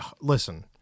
listen